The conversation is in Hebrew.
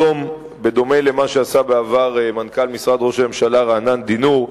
בדומה למה שעשה בעבר מנכ"ל משרד ראש הממשלה רענן דינור,